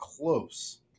close